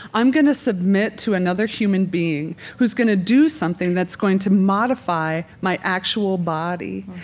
i'm going to submit to another human being who is going to do something that's going to modify my actual body.